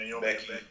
Becky